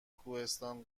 کوهستان